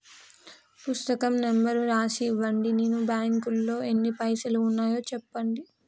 పుస్తకం నెంబరు రాసి ఇవ్వండి? నా బ్యాంకు లో ఎన్ని పైసలు ఉన్నాయో చెప్పండి?